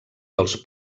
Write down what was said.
dels